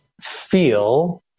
feel